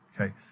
Okay